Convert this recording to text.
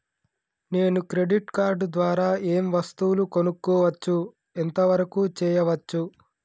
నేను credit card ద్వారా ఏం వస్తువులు కొనుక్కోవచ్చు ఎంత వరకు చేయవచ్చు?